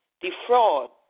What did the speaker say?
Defraud